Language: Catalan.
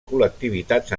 col·lectivitats